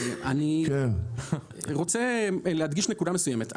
אני רוצה להדגיש נקודה מסוימת.